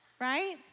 Right